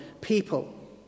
people